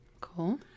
Cool